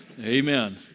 Amen